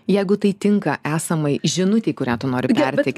jeigu tai tinka esamai žinutei kurią tu nori